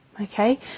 Okay